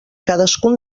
cadascun